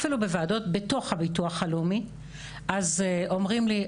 אפילו בוועדות בתוך הביטוח הלאומי אז אומרים לי,